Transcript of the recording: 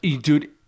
Dude